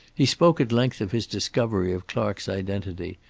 he spoke at length of his discovery of clark's identity,